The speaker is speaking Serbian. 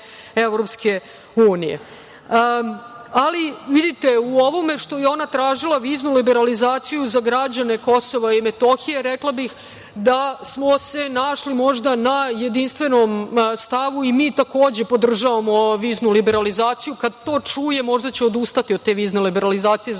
Ali, vidite, u ovome što je ona tražila viznu liberalizaciju za građane KiM, rekla bih da smo se našli možda na jedinstvenom stavu. Mi takođe podržavamo viznu liberalizaciju. Kada to čuje možda će odustati od te vizne liberalizacije zato